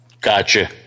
Gotcha